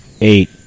Eight